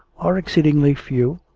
are exceedingly few,